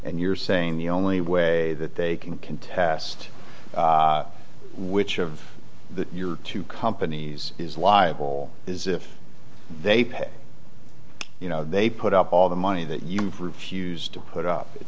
and you're saying the only way that they can contest which of the two companies is liable is if they pay you know they put up all the money that you've refused to put up it